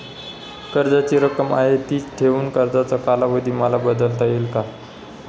कर्जाची रक्कम आहे तिच ठेवून कर्जाचा कालावधी मला बदलता येईल का?